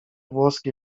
włoskie